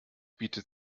bietet